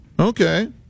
Okay